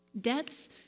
debts